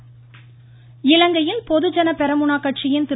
இலங்கை இலங்கையில் பொதுஜன பெரமுனா கட்சியின் திரு